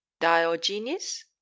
diogenes